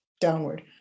downward